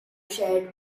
shared